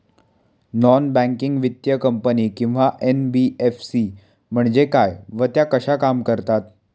Non banking वित्तीय company किंवा NBFC म्हणजे काय व त्या कशा काम करतात?